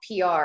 PR